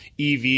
EV